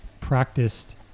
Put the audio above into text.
practiced